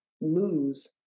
lose